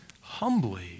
humbly